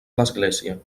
l’església